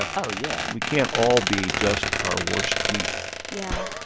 ah oh, yeah we can't all be just our worst tweet yeah.